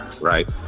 right